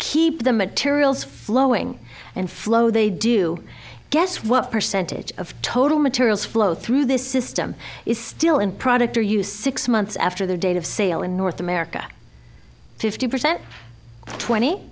keep the materials flowing and flow they do guess what percentage of total materials flow through this system is still in product or use six months after the date of sale in north america fifty percent twenty